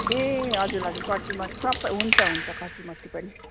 ए हजुर हजुर कर्चिमर्ची सबै हुन्छ हुन्छ कर्चिमर्ची पनि